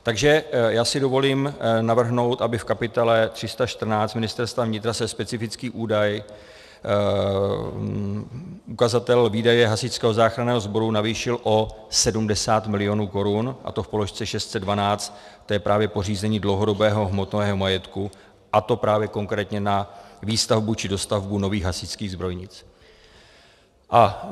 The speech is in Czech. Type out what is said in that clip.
Takže já si dovolím navrhnout, aby v kapitole 314 Ministerstvo vnitra se specifický údaj, ukazatel výdaje hasičského záchranného sboru navýšil o 70 milionů korun, a to v položce 612, to je právě pořízení dlouhodobého hmotného majetku, a to právě konkrétně na výstavbu či dostavbu nových hasičských zbrojnic.